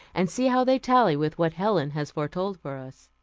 and see how they tally with what helen has foretold for us